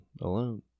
alone